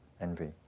envy